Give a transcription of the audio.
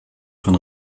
von